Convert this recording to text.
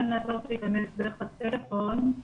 אם את יכולה לתאר לנו מה המקום שלכם באותן